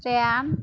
Shreyam